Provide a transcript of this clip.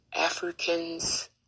Africans